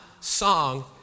song